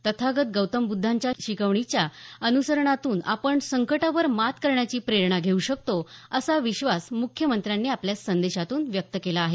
तथागत गौतम बुद्धांच्या शिकवणीच्या अनुसरणातून आपण संकटावर मात करण्याची प्रेरणा घेऊ शकतो असा विश्वास मुख्यमंत्र्यांनी आपल्या संदेशातून व्यक्त केला आहे